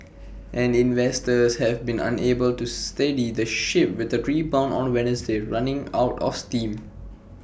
and investors have been unable to steady the ship with A rebound on Wednesday running out of steam